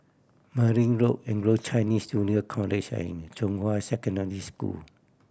Merryn Road Anglo Chinese Junior College and Zhonghua Secondary School